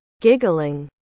Giggling